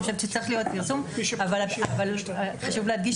אני חושבת שצריך להיות פרסום אבל חשוב להדגיש